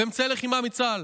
ואמצעי לחימה מצה"ל.